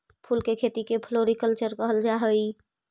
फूल के खेती के फ्लोरीकल्चर कहल जा हई